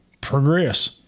progress